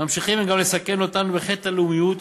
ממשיכים הם גם לסכן אותנו בחטא הלאומיות,